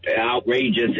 outrageous